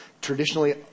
Traditionally